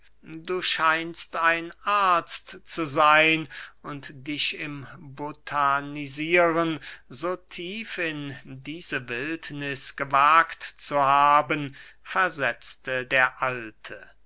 du scheinst ein arzt zu seyn und dich im botanisieren so tief in diese wildniß gewagt zu haben versetzte der alte